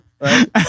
right